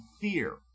fear